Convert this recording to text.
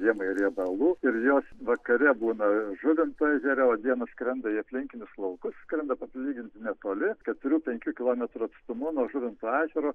žiemai riebalų ir jos vakare būna žuvinto ežere o dieną skrenda į aplinkinius laukus skrenda palyginti netoli keturių penkių kilometrų atstumu nuo žuvinto ežero